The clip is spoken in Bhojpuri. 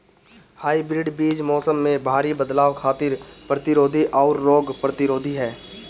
हाइब्रिड बीज मौसम में भारी बदलाव खातिर प्रतिरोधी आउर रोग प्रतिरोधी ह